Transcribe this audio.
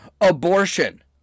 Abortion